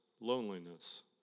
loneliness